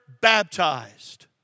baptized